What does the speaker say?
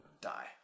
die